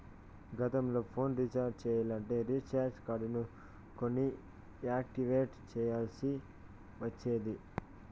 గతంల phone recharge చెయ్యాలంటే recharge కార్డులు కొని యాక్టివేట్ చెయ్యాల్ల్సి ఒచ్చేది